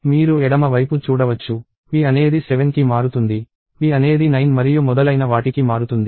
మీరు ఎడమ వైపు చూడవచ్చు p అనేది 7కి మారుతుంది p అనేది 9 మరియు మొదలైన వాటికి మారుతుంది